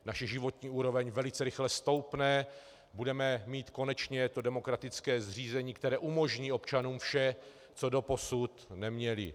Naše životní úroveň velice rychle stoupne, budeme mít konečně demokratické zřízení, které umožní občanům vše, co doposud neměli.